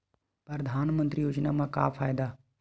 परधानमंतरी योजना म का फायदा?